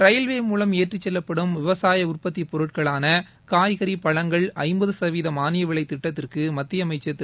railway மூலம் ஏற்றி செல்லப்படும் விவசாய உற்பத்தி பொருட்களான காய்கறி பழங்கள் ஐம்பது சதவிகித மாளிய விலை திட்டத்திற்கு மத்திய அமைச்சர் திரு